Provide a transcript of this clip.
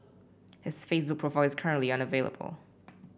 his Facebook profile is currently unavailable